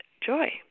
joy